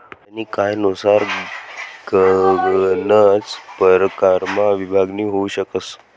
फंडनी कायनुसार गनच परकारमा विभागणी होउ शकस